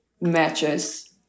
Matches